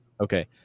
okay